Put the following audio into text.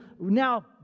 now